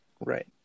Right